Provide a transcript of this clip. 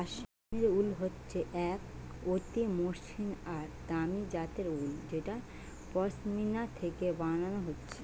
কাশ্মীর উল হচ্ছে এক অতি মসৃণ আর দামি জাতের উল যেটা পশমিনা থিকে বানানা হচ্ছে